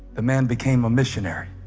the man became a missionary